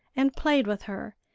and played with her,